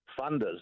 funders